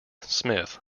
smith